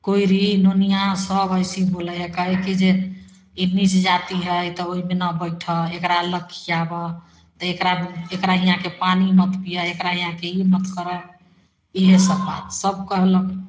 कोइरी नुनिआसब अइसी बोलै हइ कहै हइ कि जे ई निच जाति हइ तऽ ओहिमे नहि बैठऽ एकरा अलग खिआबऽ तऽ एकरा एकरा हिआँके पानी मत पिअऽ एकरा हिआँके ई मत करऽ इएहसब बातसब कहलक